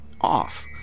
off